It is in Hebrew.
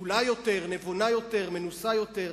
שקולה יותר, נבונה יותר, מנוסה יותר.